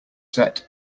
set